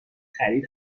خرید